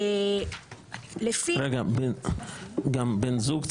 רגע, גם "בן זוג,